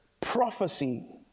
prophecy